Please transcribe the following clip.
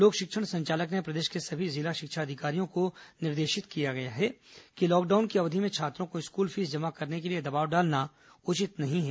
लोक शिक्षण संचालक ने प्रदेश के सभी जिला अधिकारियों को निर्देशित किया गया है कि लॉकडाउन की अवधि में छात्रों को स्कूल फीस शिक्षा जमा करने के लिए दबाव डालना उचित नहीं है